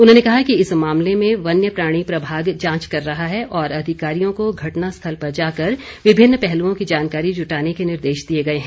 उन्होंने कहा कि इस मामले में वन्य प्राणी प्रभाग जांच कर रहा है और अधिकारियों को घटना स्थल पर जाकर विभिन्न पहलुओं की जानकारी जुटाने के निर्देश दिए गए हैं